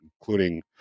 including